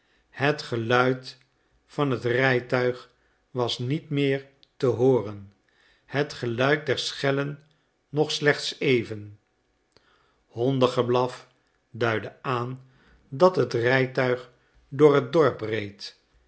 het geluid van het rijtuig was niet meer te hooren het geluid der schellen nog slechts even hondengeblaf duidde aan dat het rijtuig door het dorp reed